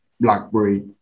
blackberry